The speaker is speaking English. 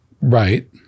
right